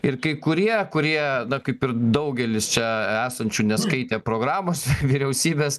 ir kai kurie kurie na kaip ir daugelis čia esančių neskaitė programos vyriausybės